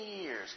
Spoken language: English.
years